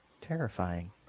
terrifying